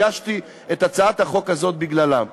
הגשתי את הצעת החוק הזאת בגללם.